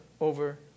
over